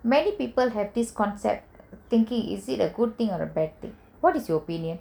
many people have this concept thinking is it a good thing or is it bad thing what is your opinion